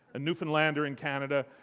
a newfoundlander in canada.